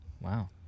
Wow